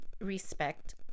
respect